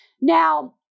Now